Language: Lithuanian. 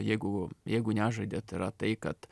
jeigu jeigu nežaidėt yra tai kad